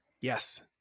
Yes